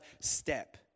step